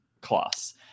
class